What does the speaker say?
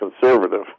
conservative